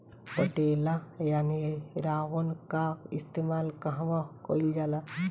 पटेला या निरावन का इस्तेमाल कहवा कइल जाला?